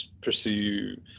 pursue